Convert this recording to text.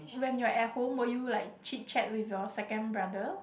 when you're at home will you like chit chat with your second brother